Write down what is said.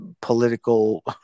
political